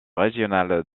régionale